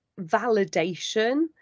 validation